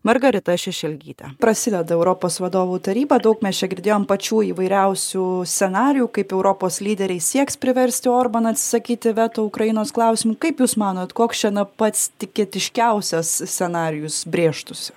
margarita šešelgyte prasideda europos vadovų taryba daug mes čia girdėjom pačių įvairiausių scenarijų kaip europos lyderiai sieks priversti orbaną atsisakyti veto ukrainos klausimu kaip jūs manot koks čia na pats tikėtiškiausias scenarijus brėžtųsi